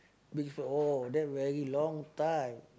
Beach Road oh that very long time